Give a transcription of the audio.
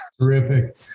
Terrific